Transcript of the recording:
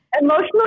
emotionally